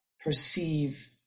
perceive